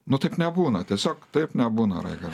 nu taip nebūna tiesiog taip nebūna raigar